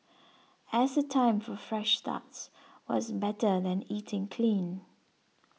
as a time for fresh starts what's better than eating clean